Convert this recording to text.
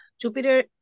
Jupiter